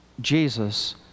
Jesus